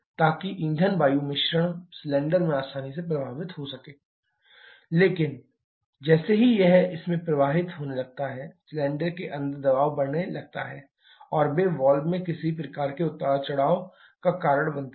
ताकि ईंधन वायु मिश्रण सिलेंडर में आसानी से प्रवाहित हो सके लेकिन जैसे ही यह इसमें प्रवाहित होने लगता है सिलेंडर के अंदर दबाव बढ़ने लगता है और वे वाल्व में किसी प्रकार के उतार चढ़ाव का कारण बनते हैं